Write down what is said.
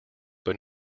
but